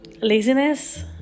laziness